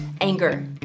Anger